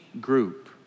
group